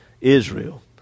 Israel